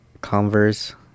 converse